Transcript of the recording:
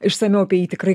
išsamiau apie jį tikrai